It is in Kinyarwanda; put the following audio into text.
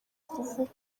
kuvuga